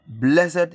Blessed